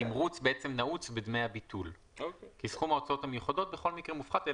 התמרוץ בעצם נעוץ בדמי הביטול כי סכום ההוצאות המיוחדות בכל מקרה מופחת,